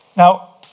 Now